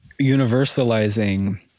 universalizing